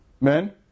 men